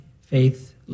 faith